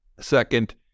second